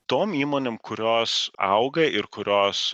tom įmonėm kurios auga ir kurios